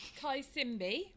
Kaisimbi